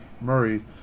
Murray